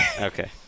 Okay